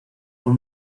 con